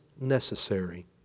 necessary